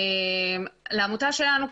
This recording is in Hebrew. לעמותה שלנו,